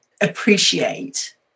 appreciate